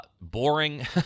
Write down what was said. Boring